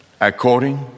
According